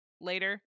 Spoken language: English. later